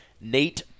Nate